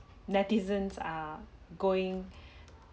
netizens are going